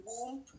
womb